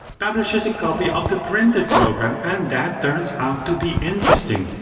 publishes a copy of the printed program and that turns out to be interesting.